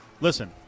listen